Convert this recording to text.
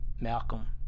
Malcolm